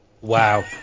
Wow